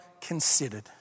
considered